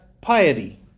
piety